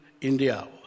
India